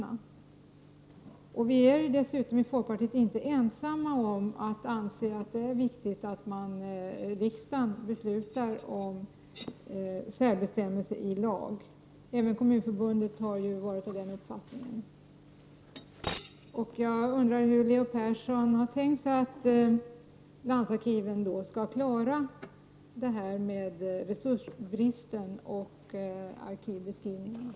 Vi i folkpartiet är dessutom inte ensamma om att anse att det är viktigt att riksdagen beslutar om särbestämmelser i lag. Även kommunförbundet har varit av den uppfattningen. Jag undrar hur Leo Persson har tänkt sig att landsarkiven skall klara av resursbristen och arkivbeskrivningarna.